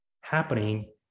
happening